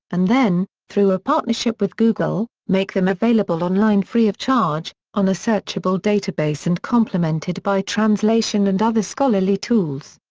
and then, through a partnership with google, make them available online free of charge, on a searchable database and complemented by translation and other scholarly tools.